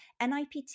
NIPT